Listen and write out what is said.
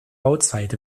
bauzeit